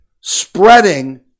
spreading